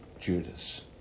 Judas